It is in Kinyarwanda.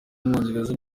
w’umwongereza